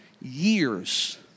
years